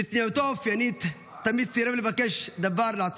בצניעותו האופיינית תמיד סירב לבקש דבר לעצמו.